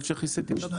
ספק שהדיון מאוד